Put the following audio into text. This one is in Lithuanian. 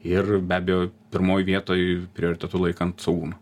ir be abejo pirmoj vietoj prioritetu laikant saugumą